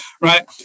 right